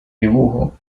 dibujo